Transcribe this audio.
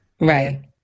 Right